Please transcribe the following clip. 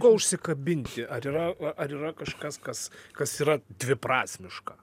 ko užsikabinti ar yra ar yra kažkas kas kas yra dviprasmiška